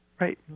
Right